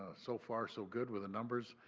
ah so far so good. with the numbers.